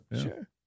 Sure